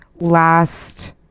Last